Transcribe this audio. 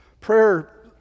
prayer